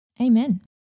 Amen